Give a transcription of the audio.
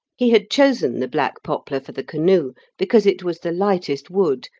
he had chosen the black poplar for the canoe because it was the lightest wood,